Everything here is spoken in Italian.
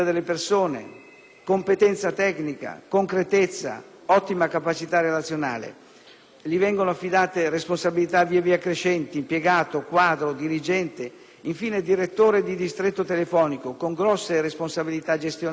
competenza tecnica, concretezza, ottima capacità relazionale. Gli vengono affidate responsabilità via via crescenti: impiegato, quadro, dirigente, infine direttore di distretto telefonico, con grosse responsabilità gestionali e manageriali